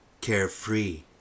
carefree